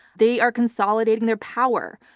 they are consolidating their power.